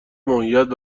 ماهیت